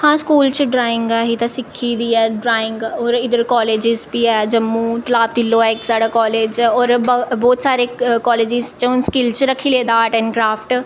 हां स्कूल च ते ड्राइंग असें ते सिक्खी दी ऐ ड्राइंग और इद्धर कालजिस बी है जम्मू तलाब तिल्लो ऐ इक साढ़ा कालज होर ब ब्हौत सारे कलजिस च हून स्किल च रक्खी लेदा आर्ट ऐंड क्राफ्ट